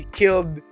killed